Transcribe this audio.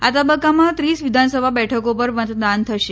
આ તબકકામાં ત્રીસ વિધાનસભા બેઠકો પર મતદાન થશે